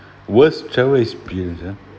worst ah